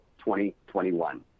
2021